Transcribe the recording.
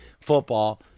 football